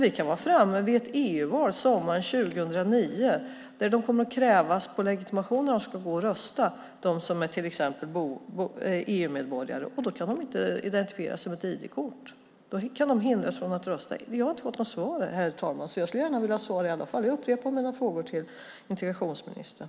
Vid EU-valet sommaren 2009 kommer de som är EU-medborgare att krävas på legitimation när de ska rösta. Då kan de inte identifiera sig med ett ID-kort och hindras från att rösta. Jag har inte fått ett svar, herr talman. Jag vill gärna ha ett svar. Jag upprepar mina frågor till integrationsministern.